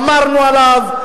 אמרנו עליו,